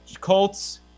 Colts